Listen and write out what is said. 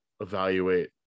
evaluate